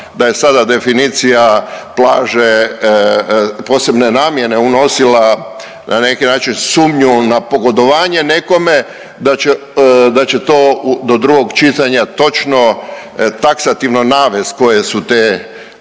da je sada definicija plaže posebne namjene unosila na neki način sumnju na pogodovanje nekome, da će to do drugog čitanja točno taksativno navest koje su te